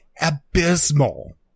abysmal